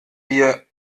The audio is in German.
wir